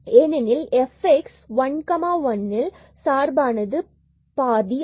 ஏனெனில் fx 1 1 சார்பானது பாதி ஆகும்